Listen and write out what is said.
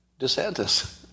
DeSantis